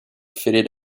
fitted